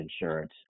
insurance